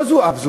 לא זו אף זו,